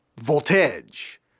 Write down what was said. Voltage